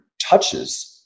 touches